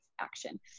action